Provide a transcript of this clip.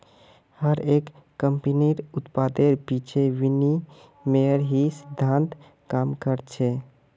हर एक कम्पनीर उत्पादेर पीछे विनिमयेर ही सिद्धान्त काम कर छे